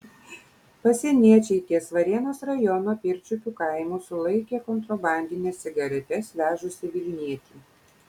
pasieniečiai ties varėnos rajono pirčiupių kaimu sulaikė kontrabandines cigaretes vežusį vilnietį